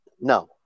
No